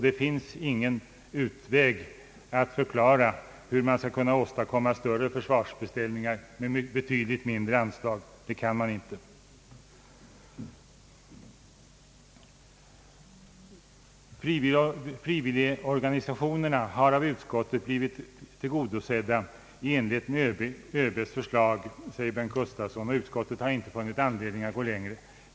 Det finns ingen möjlighet att förklara hur man skall kunna åstadkomma större försvarsbeställningar med betydligt mindre anslag. Frivilligorganisationerna har av utskottet blivit tillgodosedda i enlighet med ÖB:s förslag, säger herr Bengt Gustavsson, och utskottet har inte funnit anledning att gå längre.